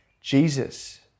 Jesus